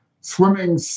swimming